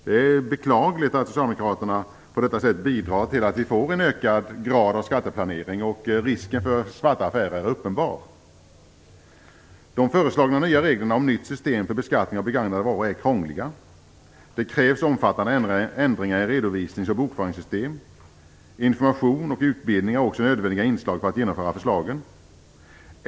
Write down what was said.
Det är beklagligt att socialdemokraterna på detta sätt bidrar till att vi får en ökad grad av skatteplanering. Risken för svarta affärer är uppenbar. De föreslagna nya reglerna om nytt system för beskattning av begagnade varor är krångliga. Det krävs omfattande ändringar i redovisnings och bokföringssystem. Information och utbildning är också nödvändiga inslag för att genomföra förslagen.